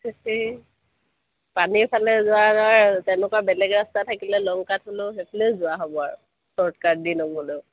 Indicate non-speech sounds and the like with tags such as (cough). (unintelligible) পানীৰফালে যোৱা (unintelligible) তেনেকুৱা বেলেগ ৰাস্তা থাকিলে লং কাট হ'লেও সেইফালেও যোৱা হ'ব আৰু চৰ্ট কট দি নগ'লেও